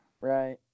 Right